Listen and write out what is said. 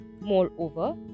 Moreover